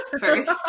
first